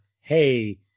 Hey